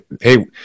Hey